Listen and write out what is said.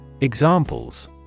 Examples